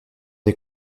des